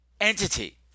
entity